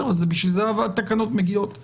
בשביל זה התקנות מגיעות אלינו.